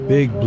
Big